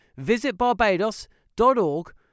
visitbarbados.org